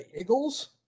Eagles